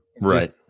Right